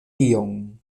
tion